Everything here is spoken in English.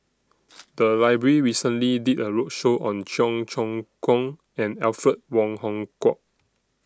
The Library recently did A roadshow on Cheong Choong Kong and Alfred Wong Hong Kwok